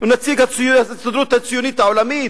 או נציג ההסתדרות הציונית העולמית?